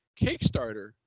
Kickstarter